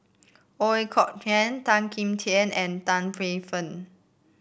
Ooi Kok Chuen Tan Kim Tian and Tan Paey Fern